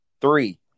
Three